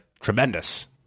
tremendous